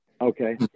Okay